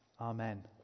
Amen